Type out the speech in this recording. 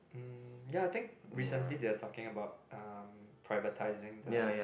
mm ya I think recently they are talking about privatising the